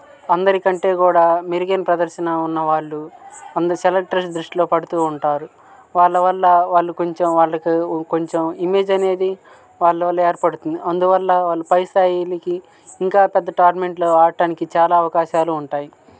అందరి కంటే కూడా మెరుగైన ప్రదర్శ న ఉన్నవాళ్ళు కొందరి సెలెక్టర్స్ దృష్టిలో పడుతూ ఉంటారు వాళ్ళ వల్ల వాళ్ళు కొంచెం వాళ్ళకి కొంచెం ఇమేజ్ అనేది వాళ్ళ వల్ల ఏర్పడుతుంది అందువల్ల వాళ్ళు పై స్థాయిలకి ఇంకా పెద్ద టోర్నమెంట్లో ఆడటానికి చాలా అవకాశాలు ఉంటాయి